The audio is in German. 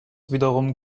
wiederum